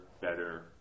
better